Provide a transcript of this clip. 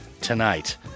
tonight